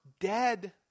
dead